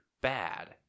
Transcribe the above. bad